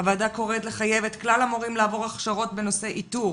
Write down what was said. הוועדה קוראת לחייב את כלל המורים לעבור הכשרות בנושא איתור,